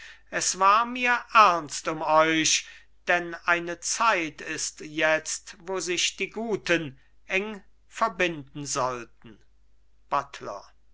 es war mir ernst um euch denn eine zeit ist jetzt wo sich die guten eng verbinden sollten buttler